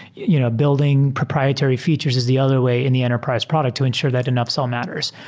you know building proprietary features is the other way in the enterprise product to ensure that enough sell matters.